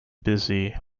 busy